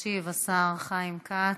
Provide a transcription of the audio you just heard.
ישיב השר חיים כץ,